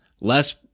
less